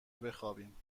بخابیم